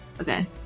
Okay